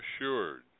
assured